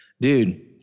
dude